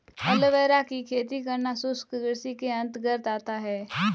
aloe vera की खेती करना शुष्क कृषि के अंतर्गत आता है